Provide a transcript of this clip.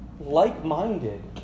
like-minded